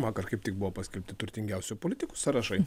vakar kaip tik buvo paskelbti turtingiausių politikų sąrašai